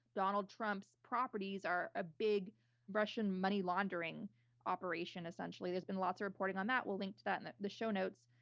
donald trump's properties are a big russian money laundering operation, essentially. there's been lots of reporting on that and we'll link to that in the the show notes.